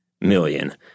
million